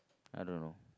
I don't know